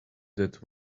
that